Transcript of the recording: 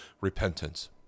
repentance